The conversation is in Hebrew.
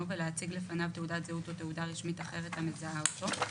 ולהציג לפניו תעודת זהות או תעודה רשמית אחרת המזהה אותו,